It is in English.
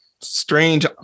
strange